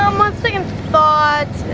um on second thought,